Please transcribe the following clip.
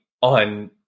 on